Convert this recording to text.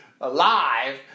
alive